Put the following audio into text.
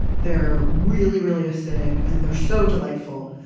they're really really acidic, and they're so delightful.